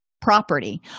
property